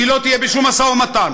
היא לא תהיה בשום משא ומתן.